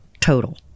total